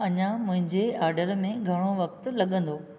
अञा मुंहिंजे ऑडर में घणो वक़्तु लॻंदो